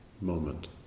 moment